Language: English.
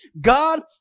God